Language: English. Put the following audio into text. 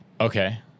Okay